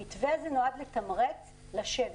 המתווה הזה נועד לתמרץ לשבת,